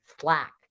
Slack